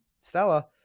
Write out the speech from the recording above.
Stella